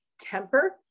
temper